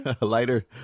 Lighter